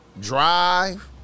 Drive